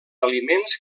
aliments